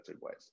ways